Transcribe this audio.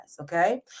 okay